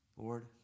Lord